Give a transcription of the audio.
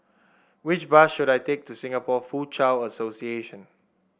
which bus should I take to Singapore Foochow Association